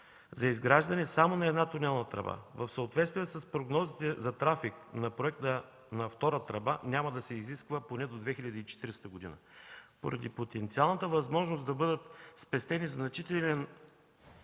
за изграждане само на една тунелна тръба. В съответствие с прогнозите за трафик на проекта за втора тръба няма да се изисква поне до 2040 г. Поради потенциалната възможност да бъдат спестени значителен